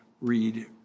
read